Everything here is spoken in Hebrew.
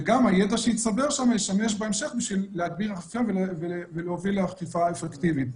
וגם הידע שיצטבר שם ישמש בהמשך בשביל להוביל לאכיפה אפקטיבית.